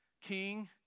king